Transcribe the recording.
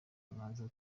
naza